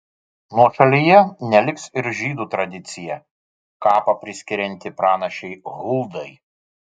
nuošalyje neliks ir žydų tradicija kapą priskirianti pranašei huldai